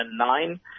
2009